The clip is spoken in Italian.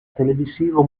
televisivo